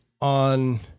on